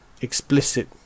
explicit